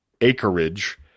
acreage